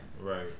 Right